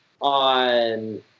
on